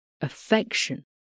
affection